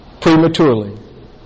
prematurely